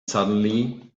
suddenly